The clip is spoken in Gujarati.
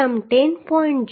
05 mm છે